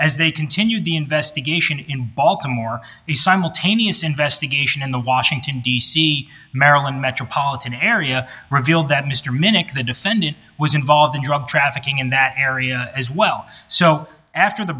as they continue the investigation in baltimore the simultaneous investigation in the washington d c maryland metropolitan area revealed that mr minnick the defendant was involved in drug trafficking in that area as well so after the